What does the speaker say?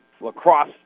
Lacrosse